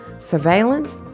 surveillance